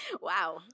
Wow